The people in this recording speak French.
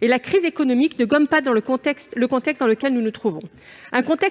La crise économique ne gomme pas le contexte dans lequel nous nous trouvons. Le contexte